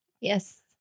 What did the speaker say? Yes